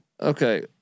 Okay